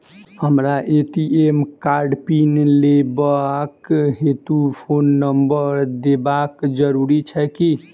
हमरा ए.टी.एम कार्डक पिन लेबाक हेतु फोन नम्बर देबाक जरूरी छै की?